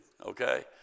okay